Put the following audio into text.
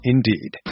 Indeed